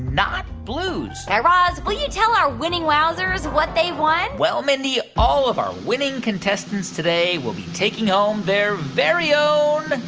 not blues guy raz, will you tell our winning wowzers what they've won? well, mindy, all of our winning contestants today will be taking home their very own